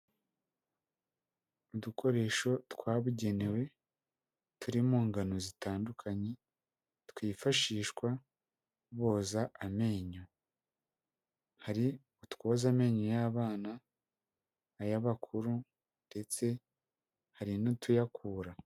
Udukoresho twabugenewe, turi mu ngano zitandukanye, twifashishwa boza amenyo. Hari utwoza amenyo y'abana, ay'abakuru, ndetse hari n'utuyakura.